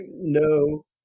no